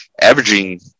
averaging